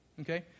okay